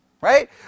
right